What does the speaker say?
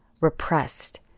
repressed